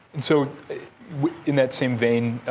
and so in that same vein,